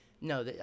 no